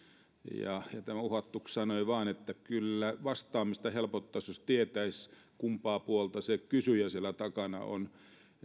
ja tämä uhattu sanoi vain että vastaamista kyllä helpottaisi jos tietäisi kumpaa puolta se kysyjä siellä takana on